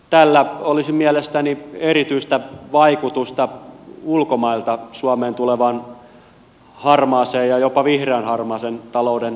tällä olisi mielestäni erityistä vaikutusta ulkomailta suomeen tulevan harmaan ja jopa vihreänharmaan talouden torjunnassa